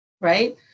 right